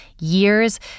years